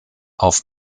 auf